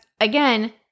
again